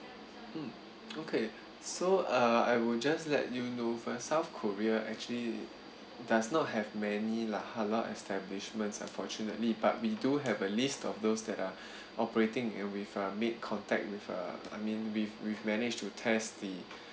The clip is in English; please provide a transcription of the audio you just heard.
mm okay so uh I will just let you know for south korea actually does not have many lah halal establishments unfortunately but we do have a list of those that are operating we've made contact with uh I mean with we managed to test the